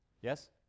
Yes